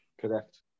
Correct